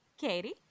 Katie